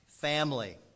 family